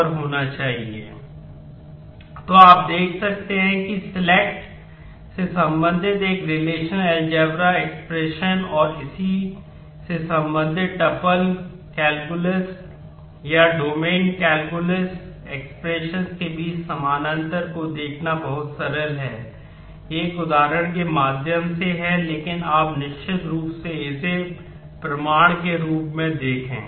a b € r b 17 तो आप देख सकते हैं कि सेलेक्ट के बीच समानांतर को देखना बहुत सरल है यह एक उदाहरण के माध्यम से है लेकिन आप निश्चित रूप से इसे प्रमाण के रूप में देखें